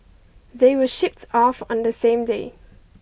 they were shipped off on the same day